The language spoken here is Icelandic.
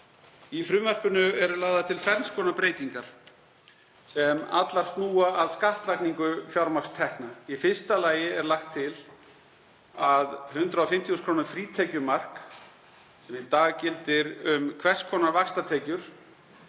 Í frumvarpi þessu eru lagðar til ferns konar breytingar sem snúa allar að skattlagningu fjármagnstekna. Í fyrsta lagi er lagt til að 150.000 kr. frítekjumark, sem í dag gildir um hvers konar vaxtatekjur,